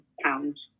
pound